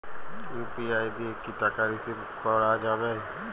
UPI দিয়ে কি টাকা রিসিভ করাও য়ায়?